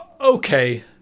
okay